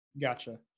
Gotcha